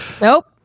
Nope